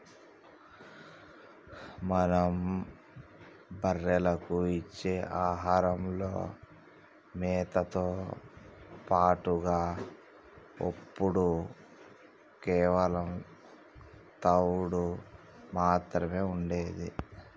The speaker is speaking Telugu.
మనం బర్రెలకు ఇచ్చే ఆహారంలో మేతతో పాటుగా ఒప్పుడు కేవలం తవుడు మాత్రమే ఉండేది